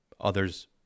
others